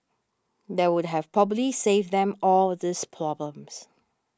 that would have probably saved them all these problems